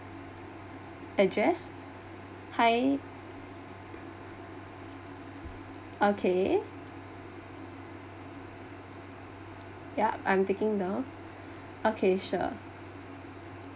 address hi okay yeah I'm taking down okay sure